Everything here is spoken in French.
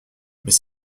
mais